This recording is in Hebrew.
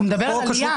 הוא מדבר על עלייה.